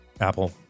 Apple